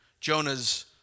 Jonah's